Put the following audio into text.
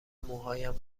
موهایم